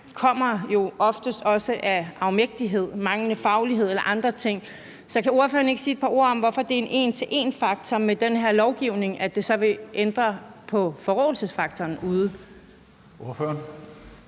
kommer jo oftest af afmægtighed, manglende faglighed eller andre ting. Så kan ordføreren ikke sige et par ord om, hvorfor det er med en en til en-faktor, at den her lovgivning vil ændre på forråelsesfaktoren derude?